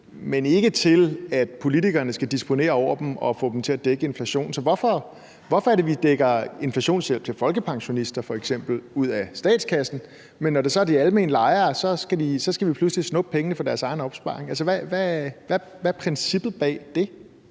men ikke til, at politikerne skal disponere over dem og få dem til at dække inflationen. Så hvorfor er det, vi dækker inflationshjælp til folkepensionister f.eks. ud af statskassen, men når det så er de almene lejere, skal vi pludselig snuppe pengene fra deres egen opsparing? Hvad er princippet bag det,